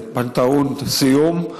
פנתהון סיום.